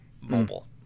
mobile